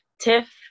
Tiff